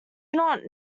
not